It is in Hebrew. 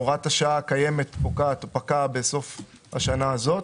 הוראת השעה פקעה בסוף השנה הזאת